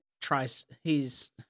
tries—he's